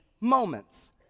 moments